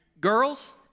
girls